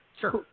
Sure